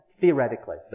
Theoretically